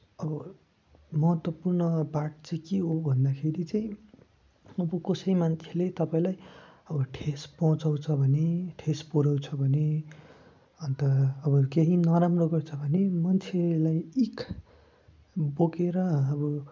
अबो महत्त्वपूर्ण पार्ट चाहिँ के हो भन्दाखेरि चाहिँ अब कसै मान्छेले तपाईँलाई अब ठेस पहुचाउँछ भने ठेस पुऱ्याउँछ भने अन्त अब केही नराम्रो गर्छ भने मान्छेलाई इख बोकेर अब